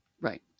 Right